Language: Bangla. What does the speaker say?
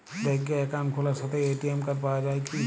ব্যাঙ্কে অ্যাকাউন্ট খোলার সাথেই এ.টি.এম কার্ড পাওয়া যায় কি?